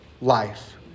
life